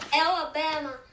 Alabama